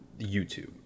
YouTube